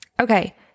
Okay